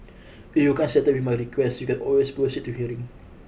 if you can't settle my request you can always proceed to hearing